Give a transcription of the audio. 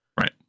Right